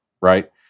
right